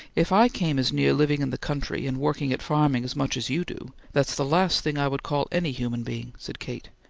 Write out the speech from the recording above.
if i came as near living in the country, and worked at farming as much as you do, that's the last thing i would call any human being, said kate.